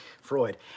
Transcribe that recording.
Freud